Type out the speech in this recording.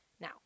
Now